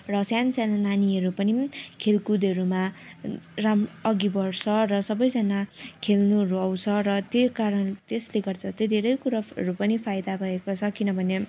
र सानो सानो नानीहरू पनि खेलकुदहरूमा राम् अघि बढ्छ र सबैजना खेल्नुहरू आउँछ र त्यो कारण र त्यस्ले गर्दा तै धेरै कुराहरू फाइदा भएको छ किनभने